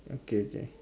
okay K